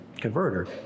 converter